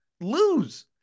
lose